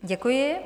Děkuji.